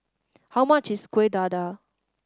how much is Kuih Dadar